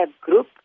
group